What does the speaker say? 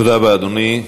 תודה רבה, אדוני.